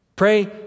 Pray